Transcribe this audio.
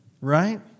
Right